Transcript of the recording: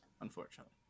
Unfortunately